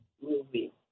movie